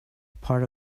part